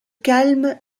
calme